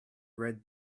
read